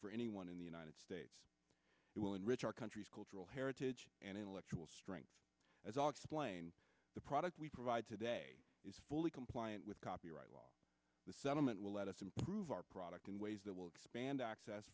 for anyone in the united states it will enrich our country's cultural heritage and intellectual strength as i explained the product we provide today is fully compliant with copyright law the settlement will let us improve our product in ways that will expand access